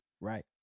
Right